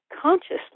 consciously